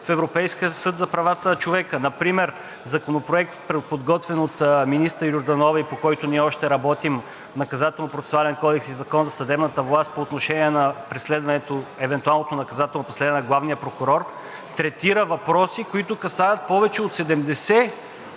в Европейския съд за правата на човека. Например Законопроект, подготвен от министър Йорданова, по който ние още работим, Наказателно-процесуален кодекс и Закон за съдебната власт по отношение на евентуалното наказателно преследване на главния прокурор, третира въпроси, които касаят повече от 70